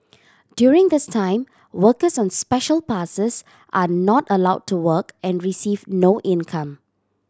during this time workers on Special Passes are not allowed to work and receive no income